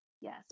Yes